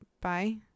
Bye